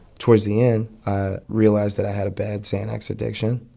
towards the end, i realized that i had a bad xanax addiction